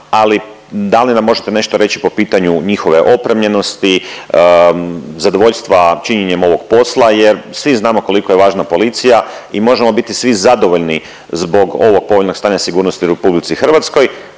ali da li nam možete nešto reći po pitanju njihove opremljenosti, zadovoljstva činjenjem ovog posla jer svi znamo koliko je važna policija i možemo biti svi zadovoljni zbog ovog povoljnog stanja sigurnosti u RH, ali